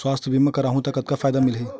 सुवास्थ बीमा करवाहू त का फ़ायदा मिलही?